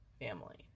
family